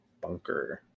bunker